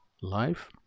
life